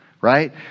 right